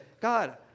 God